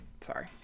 Sorry